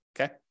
okay